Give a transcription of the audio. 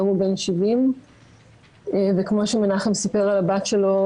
היום הוא בן 70. כפי שמנחם סיפר על הבת שלו,